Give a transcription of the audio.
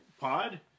pod